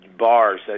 Bars